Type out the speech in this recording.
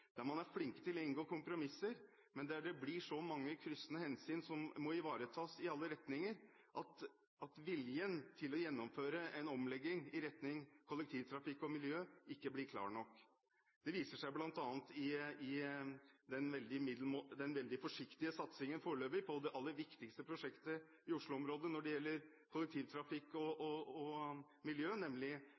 der man er flinke til å inngå kompromisser, men der det blir så mange kryssende hensyn som må ivaretas i alle retninger, at viljen til å gjennomføre en omlegging i retning kollektivtrafikk og miljø ikke blir klar nok. Det viser seg bl.a. i den – foreløpig – veldig forsiktige satsingen på det aller viktigste prosjektet i Oslo-området når det gjelder kollektivtrafikk og miljø, nemlig